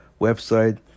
website